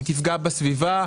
היא תפגע בסביבה.